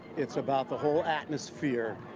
it's about the whole atmosphere,